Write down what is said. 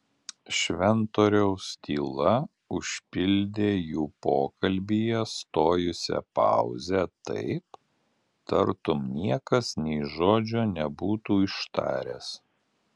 šventoriaus tyla užpildė jų pokalbyje stojusią pauzę taip tartum niekas nė žodžio nebūtų ištaręs